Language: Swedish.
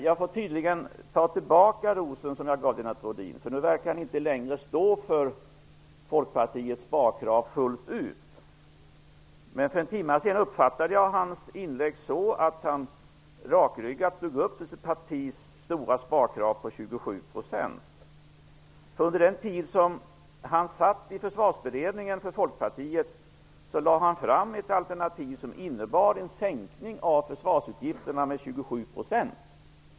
Jag får tydligen ta tillbaka rosen som jag gav Lennart Rohdin. Nu verkar han inte längre stå för Folkpartiets sparkrav fullt ut. För en timma sedan uppfattade jag hans inlägg så, att han rakryggat stod upp för sitt partis stora sparkrav på 27 %. Under den tid som han satt i Försvarsberedningen för Folkpartiet lade han fram ett alternativ som innebar en sänkning av försvarsutgifterna med 27 %.